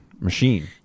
machine